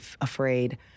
afraid